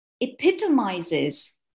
epitomizes